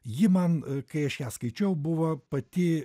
ji man kai aš ją skaičiau buvo pati